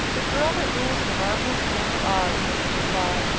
the girl that rules the marvelous land of oz, was the reply.